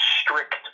strict